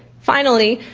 finally,